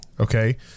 Okay